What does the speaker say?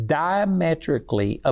diametrically